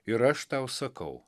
ir aš tau sakau